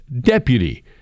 deputy